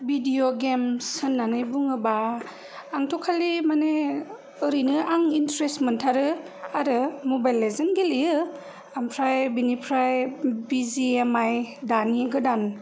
भिदिअ games होननानै बुङोब्ला आंथ' खालि मानि ओरैनो आं एनट्रेस मोनथारो आरो मबाइल लेजेन गेलेयो ओमफ्राय बिनिफ्राय बिजिएमाय दानि गोदान